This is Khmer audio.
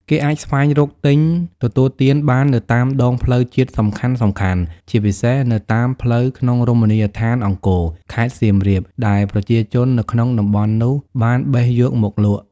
គេអាចស្វែងរកទិញទទួលទានបាននៅតាមដងផ្លូវជាតិសំខាន់ៗ ជាពិសេសនៅតាមផ្លូវក្នុងរមណីយដ្ឋានអង្គរ ខេត្តសៀមរាប ដែលប្រជាជននៅក្នុងតំបន់នោះបានបេះយកមកលក់ ។